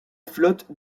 flotte